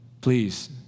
Please